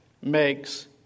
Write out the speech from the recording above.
makes